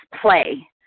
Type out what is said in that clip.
play